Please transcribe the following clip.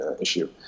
issue